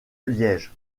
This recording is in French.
liège